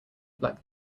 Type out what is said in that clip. black